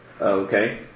Okay